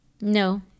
No